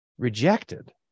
Rejected